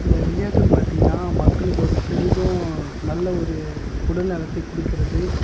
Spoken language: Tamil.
இந்த விளையாட்டுன்னு பார்த்திங்கனா மக்களுக்கு ஒரு பெரிதும் நல்ல ஒரு உடல் நலத்தைக் கொடுக்கிறது